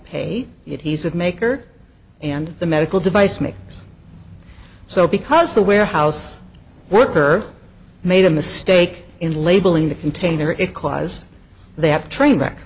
pay it he's of maker and the medical device makers so because the warehouse worker made a mistake in labeling the container it cause they have train wreck